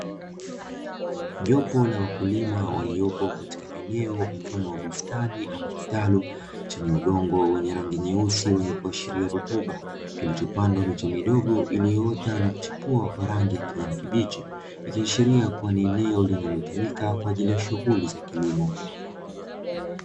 Jopo la wakulima waliopo katika eneo mfano bustani ama kitalu chenye udongo wenye rangi nyeusi wenye kuashiria rutuba, kilichopandwa miche midogo iliyoota na kuchipua kwa rangi ya kijani kibichi, ikiashiria kuwa ni eneo linalotumika kwa ajili ya shughuli za kilimo.